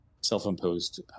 self-imposed